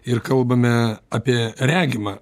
ir kalbame apie regimą